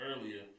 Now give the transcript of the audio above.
earlier